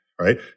right